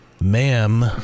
ma'am